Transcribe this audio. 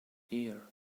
year